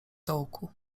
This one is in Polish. dołku